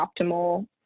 optimal